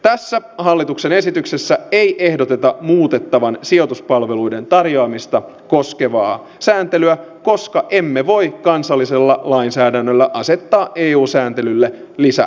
tässä hallituksen esityksessä ei ehdoteta muutettavan sijoituspalveluiden tarjoamista koskevaa sääntelyä koska emme voi kansallisella lainsäädännöllä asettaa eu sääntelylle lisärajoituksia